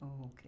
okay